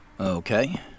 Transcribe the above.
Okay